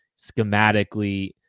schematically